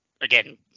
again